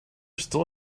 still